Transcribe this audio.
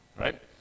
right